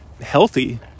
Healthy